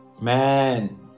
man